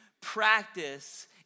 practice